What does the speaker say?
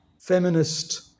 feminist